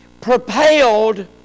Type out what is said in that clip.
propelled